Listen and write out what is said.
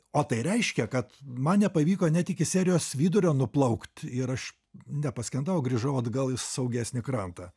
o tai reiškia kad man nepavyko net iki serijos vidurio nuplaukt ir aš nepaskendau o grįžau atgal į saugesnį krantą